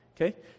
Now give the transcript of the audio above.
Okay